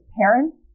parents